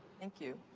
thank you.